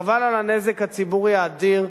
חבל על הנזק הציבורי האדיר,